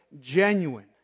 genuine